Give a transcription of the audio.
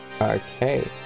Okay